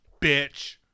bitch